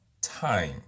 time